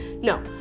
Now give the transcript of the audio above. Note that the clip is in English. No